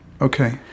Okay